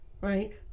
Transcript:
right